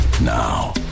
now